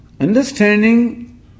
understanding